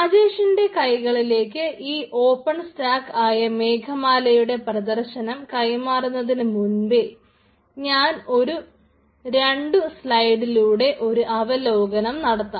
രാജേഷിന്റെ കൈളിലേക്ക് ഈ ഓപ്പൺ സ്റ്റാക്ക് ആയ മേഘമാലയുടെ പ്രദർശനം കൈമാറുന്നതിനു മുൻപേ ഞാൻ ഒരു രണ്ടു സ്ലൈടിലൂടെ ഒരു അവലോകനം നടത്താം